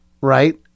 right